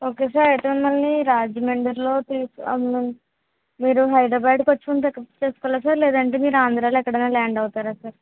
okay sir అయితే మిమ్మల్ని రాజమండ్రిలో తీసుకు మీరు హైదరాబాద్ కొచ్చి చేసుకోవాలా సార్ లేదంటే మీరు ఆంధ్రాలో ఎక్కడైనా ల్యాండ్ అవుతారా సార్